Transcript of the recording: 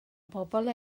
bobl